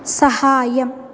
साहाय्यम्